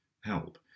help